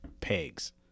pegs